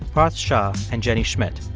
parth shah and jenny schmidt.